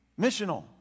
missional